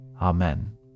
Amen